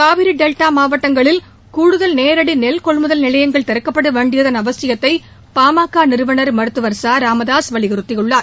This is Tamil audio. காவிரி டெல்டா மாவட்டங்களில் கூடுதல் நேரடி நெல் கொள்முதல் நிலையங்கள் திறக்கப்பட வேண்டியதன் அவசியத்தை பாமக நிறுவனர் மருத்துவர் ச ராமதாசு வலியுறுத்தியுள்ளார்